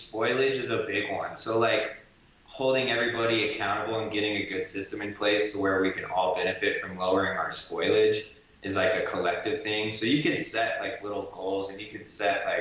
spoilage is a big one so like holding everybody accountable and getting a good system in place to where we can all benefit from lowering our spoilage is like a collective thing. so you can set like little goals and you can set